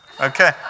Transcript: Okay